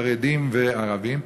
חרדים וערבים,